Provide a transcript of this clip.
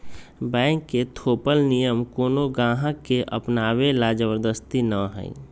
bank के थोपल नियम कोनो गाहक के अपनावे ला जबरदस्ती न हई